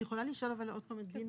אני מבקשת לשאול את דינה